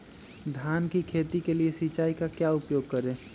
धान की खेती के लिए सिंचाई का क्या उपयोग करें?